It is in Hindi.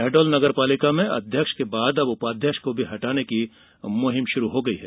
शहडोल नगरपालिका में अध्यक्ष के बाद अब उपाध्यक्ष को भी हटाने की मुहिम शुरू हो गई है